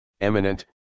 eminent